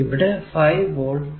ഇവിടെ 5 വോൾട്